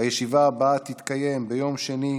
הישיבה הבאה תתקיים ביום שני,